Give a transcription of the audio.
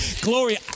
Gloria